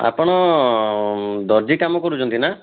ଆପଣ ଦରଜି କାମ କରୁଛନ୍ତି ନା